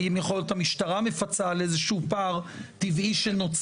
האם יכול להיות שהמשטרה מפצה על איזה שהוא פער טבעי שנוצר,